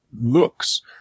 looks